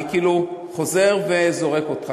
אני כאילו חוזר וזורק אותך.